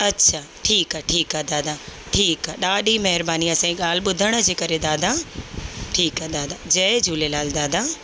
अच्छा ठीकु आहे ठीकु आहे दादा ठीकु आहे ॾाढी महिरबानी असांजी ॻाल्हि ॿुधण जे करे दादा ठीकु आहे दादा जय झूलेलाल दादा